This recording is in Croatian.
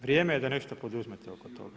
Vrijeme je da nešto poduzmete oko toga.